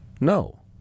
No